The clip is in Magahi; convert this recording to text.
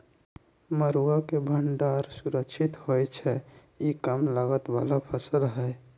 मरुआ के भण्डार सुरक्षित होइ छइ इ कम लागत बला फ़सल हइ